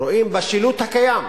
רואים בשילוט הקיים,